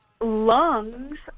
lungs